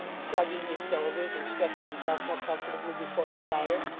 shrugging his shoulders and stretching himself more comfortably before the fire.